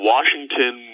Washington